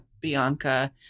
Bianca